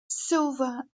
silver